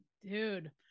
Dude